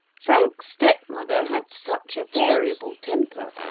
frank's step-mother had such a variable temper,